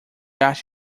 artes